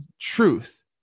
truth